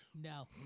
No